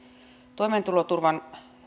toimeentuloturvan